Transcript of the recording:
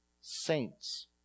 saints